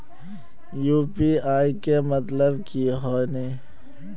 UPI के मतलब की होने?